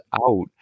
out